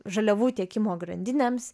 žaliavų tiekimo grandinėms